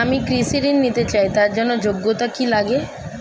আমি কৃষি ঋণ নিতে চাই তার জন্য যোগ্যতা কি লাগে?